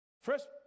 First